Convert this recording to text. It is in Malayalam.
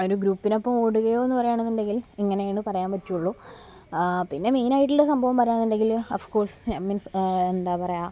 ഒരു ഗ്രുപ്പിനൊപ്പം ഓടുകയോ എന്ന് പറയുകയാണ് എന്നുണ്ടെങ്കിൽ ഇങ്ങനെയാണ് പറയാൻ പറ്റുള്ളൂ പിന്നെ മെയിനായിട്ടുള്ള സംഭവം പറയുക എന്നുണ്ടെങ്കിൽ ഒഫ് കോഴ്സ് മീൻസ് എന്താണ് പറയുക